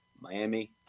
Miami